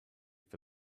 for